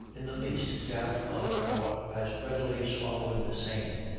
in the least doubt of our as readily swallowing the same.